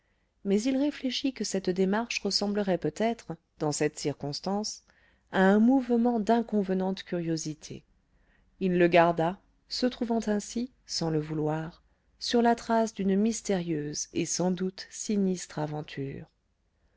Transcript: mais il réfléchit que cette démarche ressemblerait peut-être dans cette circonstance à un mouvement d'inconvenante curiosité il le garda se trouvant ainsi sans le vouloir sur la trace d'une mystérieuse et sans doute sinistre aventure